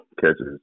catches